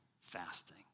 fasting